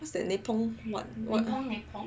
what's that name pon what